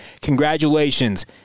congratulations